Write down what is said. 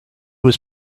was